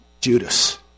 Judas